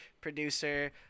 producer